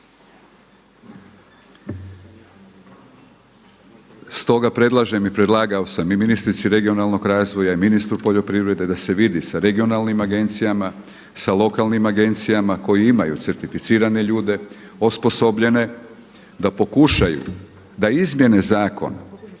Stoga predlažem i predlagao sam i ministrici regionalnog razvoja i ministru poljoprivrede da se vidi sa regionalnim agencijama, sa lokalnim agencijama koji imaju certificirane ljude, osposobljene da pokušaju da izmijene zakon,